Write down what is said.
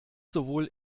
sowohl